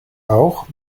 auch